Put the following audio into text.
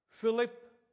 Philip